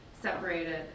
separated